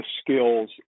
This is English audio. skills